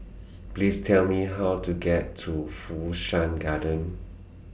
Please Tell Me How to get to Fu Shan Garden